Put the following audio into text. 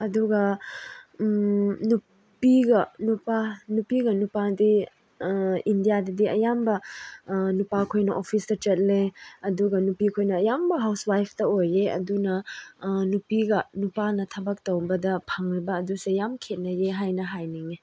ꯑꯗꯨꯒ ꯅꯨꯄꯤꯒ ꯅꯨꯄꯥ ꯅꯨꯄꯤꯒ ꯅꯨꯄꯥꯒꯗꯤ ꯏꯟꯗꯤꯌꯥꯗꯗꯤ ꯑꯌꯥꯝꯕ ꯅꯨꯄꯥꯈꯣꯏꯅ ꯑꯣꯐꯤꯁꯇ ꯆꯠꯂꯦ ꯑꯗꯨꯒ ꯅꯨꯄꯤꯈꯣꯏꯅ ꯑꯌꯥꯝꯕ ꯍꯥꯎꯁ ꯋꯥꯏꯞꯇ ꯑꯣꯏꯌꯦ ꯑꯗꯨꯅ ꯅꯨꯄꯤꯒ ꯅꯨꯄꯥꯅ ꯊꯕꯛ ꯇꯧꯕꯗ ꯐꯪꯉꯤꯕ ꯑꯗꯨꯁꯨ ꯌꯥꯝ ꯈꯦꯠꯅꯩꯌꯦ ꯍꯥꯏꯅ ꯍꯥꯏꯅꯤꯡꯉꯦ